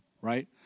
right